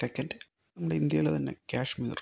second നമ്മുടെ ഇന്ത്യയിലെ തന്നെ കാശ്മീർ